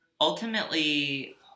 ultimately